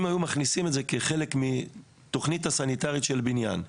אם היו מכניסים את זה כחלק מהתוכנית הסניטרית של הבניין,